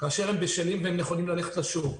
כאשר הם בשלים ונכונים ללכת לשוק.